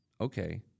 okay